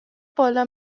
بالا